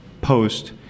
post